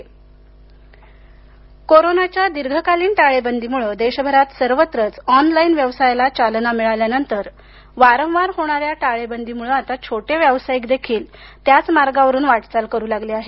online कोरोनाच्या दीर्घकालीन टाळेबंदीमुळं देशभरात सर्वत्रच ऑनलाईन व्यवसायाला चालना मिळाल्यानंतर वारंवार होणाऱ्या टाळेबंदीमुळं आता छोटे व्यावसायिक देखील त्याच मार्गावरून वाटचाल करु लागले आहेत